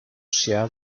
share